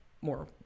more